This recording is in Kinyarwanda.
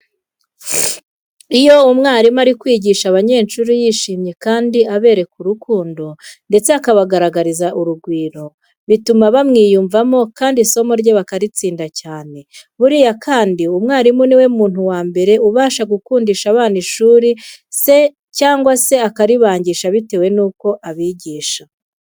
Iyo umwarimu ari kwigisha abanyeshuri yishimye kandi abereka urukundo ndetse akabagaragariza urugwiro, bituma bamwiyumvamo kandi isomo rye bakaritsinda cyane. Buriya kandi, umwarimu ni we muntu wa mbere uba ushobora gukundisha abana ishuri cyangwa se akaribangisha bitewe nuko abigisha.